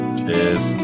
cheers